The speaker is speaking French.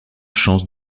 chance